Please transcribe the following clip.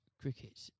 cricket